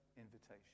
invitation